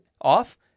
Off